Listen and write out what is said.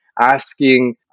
asking